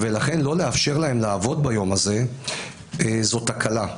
ולכן לא לאפשר להם לעבוד ביום הזה זאת תקלה.